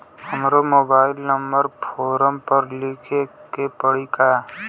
हमरो mobile number forum पर लिखे के पड़ी का?